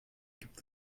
gibt